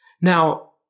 Now